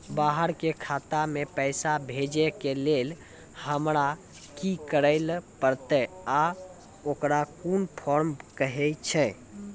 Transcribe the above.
बाहर के खाता मे पैसा भेजै के लेल हमरा की करै ला परतै आ ओकरा कुन फॉर्म कहैय छै?